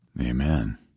Amen